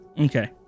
Okay